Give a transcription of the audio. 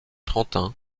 trentin